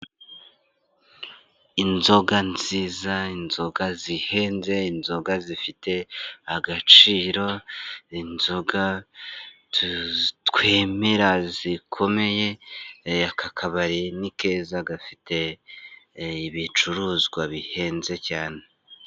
Inzoga nziza, inzoga zihenze, inzoga zifite agaciro, inzoga twemera zikomeye, aka kabari ni keza gafite ibicuruzwa bihenze cyane.